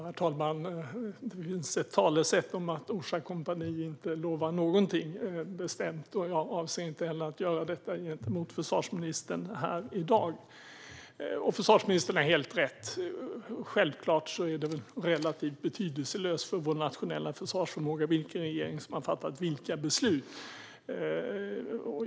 Herr talman! Det finns ett talesätt: Orsa kompani lovar ingenting bestämt. Jag avser inte heller att göra detta gentemot försvarsministern här i dag. Försvarsministern har helt rätt. Självfallet är det relativt betydelselöst för vår nationella försvarsförmåga vilken regering som har fattat vilka beslut.